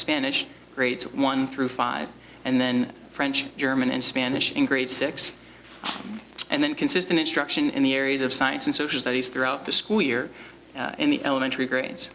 spanish grades one through five and then french german and spanish in grade six and then consistent instruction in the areas of science and social studies throughout the school year in the elementary grades